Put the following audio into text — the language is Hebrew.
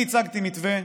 אני הצגתי מתווה,